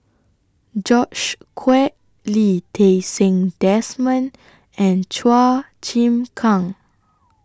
George Quek Lee Ti Seng Desmond and Chua Chim Kang